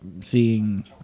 seeing